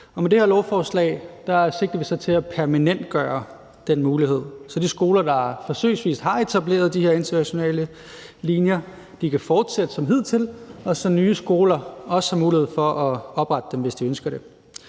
med det her lovforslag tilsigter vi så at permanentgøre den mulighed, så de skoler, der forsøgsvis har etableret de her internationale linjer, kan fortsætte som hidtil, og så nye skoler også har mulighed for at oprette dem, hvis de ønsker det.